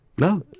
No